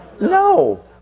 No